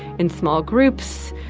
in small groups,